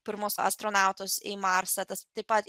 pirmuosius astronautus į marsą tas taip pat